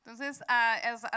Entonces